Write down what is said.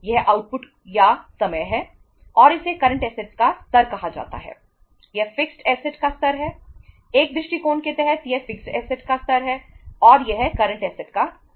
यह 3 दृष्टिकोणों के तहत करंट असेट्स का स्तर है